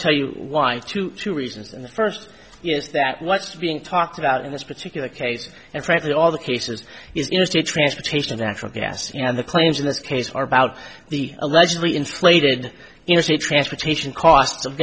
tell you why two two reasons the first is that what's being talked about in this particular case and frankly all the cases is interstate transportation of natural gas and the claims in this case are about the allegedly inflated interstate transportation costs of